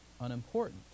unimportant